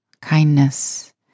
Kindness